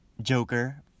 Joker